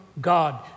God